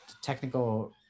technical